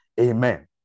Amen